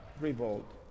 revolt